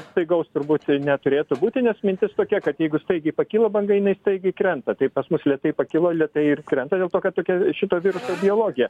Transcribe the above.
staigaus turbūt neturėtų būti nes mintis tokia kad jeigu staigiai pakilo banga jinai staigiai krenta tai pas mus lėtai pakilo lėtai ir krenta dėl to kad tokia šito viruso biologija